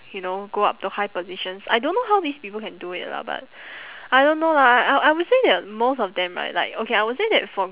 you know go up to high positions I don't know how these people can do it lah but I don't know lah I I will say that most of them right like okay I will say that for